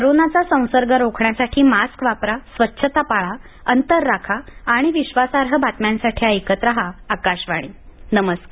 कोरोनाचा संसर्ग रोखण्यासाठी मास्क वापरा स्वच्छता पाळा अंतर राखा आणि विश्वासार्ह बातम्यांसाठी ऐकत रहा आकाशवाणी नमस्कार